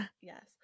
yes